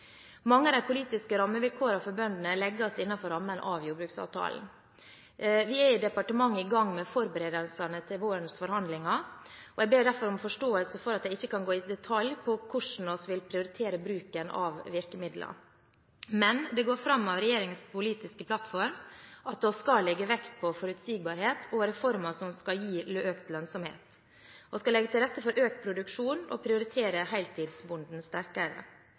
Mange av de politiske rammevilkårene for bøndene legges innenfor rammen av jordbruksavtalen. Vi er i departementet i gang med forberedelsene til vårens forhandlinger, og jeg ber derfor om forståelse for at jeg ikke kan gå i detalj på hvordan vi vil prioritere bruken av virkemidler. Men det går fram av regjeringens politiske plattform at vi skal legge vekt på forutsigbarhet og reformer som skal gi økt lønnsomhet. Vi skal legge til rette for økt produksjon og prioritere heltidsbonden sterkere.